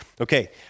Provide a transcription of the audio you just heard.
Okay